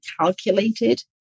calculated